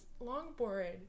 longboard